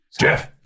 Jeff